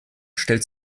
stellt